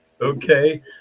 Okay